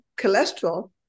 cholesterol